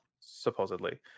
supposedly